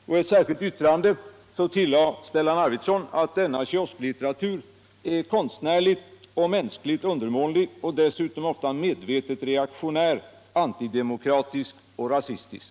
Och i ett särskilt yttrande tillade Stellan Arvidson att denna kiosklitteratur ”är konstnärligt och mänskligt undermålig och dessutom ofta medvetet reaktionärt antidemokratisk och rasistisk”.